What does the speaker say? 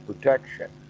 protection